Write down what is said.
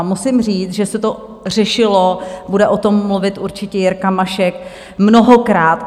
Musím říct, že se to řešilo, bude o tom mluvit určitě Jirka Mašek, mnohokrát.